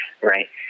right